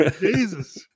Jesus